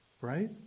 Right